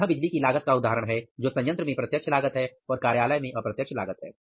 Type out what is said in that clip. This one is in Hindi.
यहाँ बिजली की लागत का उदाहरण है जो संयंत्र में प्रत्यक्ष लागत है और वही कार्यालय में अप्रत्यक्ष लागत है